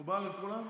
מקובל על כולם?